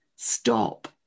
Stop